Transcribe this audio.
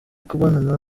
kubonana